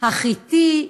החיתי?